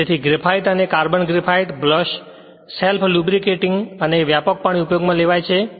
તેથી ગ્રેફાઇટ અને carbon graphite brush self lubricating અને વ્યાપકપણે ઉપયોગમાં લેવાય છે